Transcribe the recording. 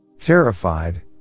Terrified